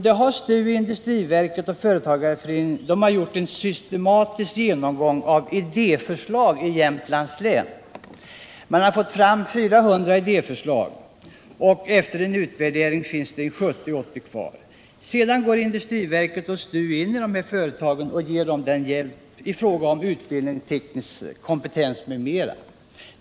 Där har STU, industriverket och företagarföreningen gjort en systematisk genomgång av idéförslag i Jämtlands län. Man har fått 400 idéförslag och efter en utvärdering fanns det 70-80 kvar. Sedan går industriverket och STU in i företagen och ger dem hjälp i fråga om utbildning, teknisk kompetens m.m.